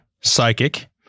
Psychic